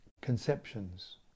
conceptions